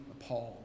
appalled